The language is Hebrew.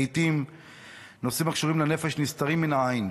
לעיתים נושאים הקשורים לנפש נסתרים מן העין,